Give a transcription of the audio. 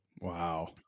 Wow